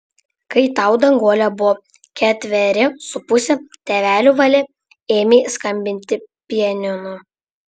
kai tau danguole buvo ketveri su puse tėvelių valia ėmei skambinti pianinu